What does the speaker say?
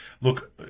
look